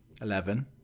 eleven